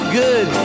good